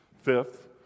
Fifth